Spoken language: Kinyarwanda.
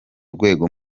rwego